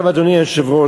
אדוני היושב-ראש,